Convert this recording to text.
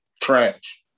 trash